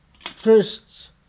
first